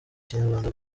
kinyarwanda